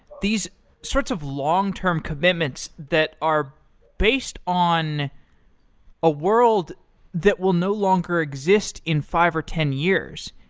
these sorts of long-term commitments that are based on a world that will no longer exist in five or ten years,